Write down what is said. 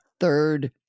third